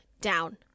down